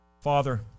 Father